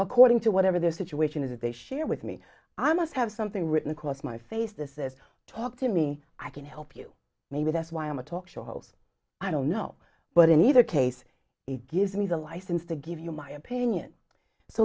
according to whatever their situation is that they share with me i must have something written across my face this is talk to me i can help you maybe that's why i'm a talk show host i don't know but in either case it gives me the license to give you my opinion so